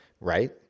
right